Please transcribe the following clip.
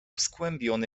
skłębiony